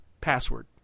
password